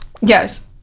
yes